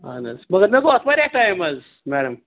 اَہَن حظ مگر مےٚ گوٚو اَتھ واریاہ ٹایِم حظ میڈم